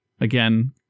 again